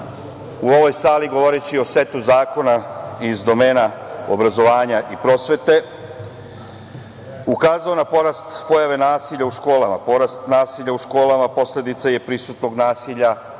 u ovoj sali, govoreći o setu zakona iz domena obrazovanja i prosvete, ukazao na porast pojave nasilja u školama. Porast nasilja u školama posledica je prisutnog nasilja